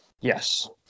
Yes